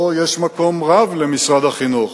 פה יש מקום רב למשרד החינוך